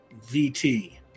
VT